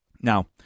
Now